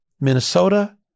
Minnesota